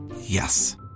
Yes